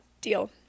deal